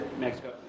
Mexico